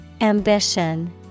Ambition